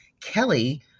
Kelly